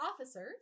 officers